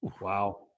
Wow